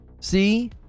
See